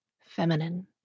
feminine